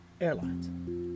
Airlines